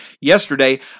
yesterday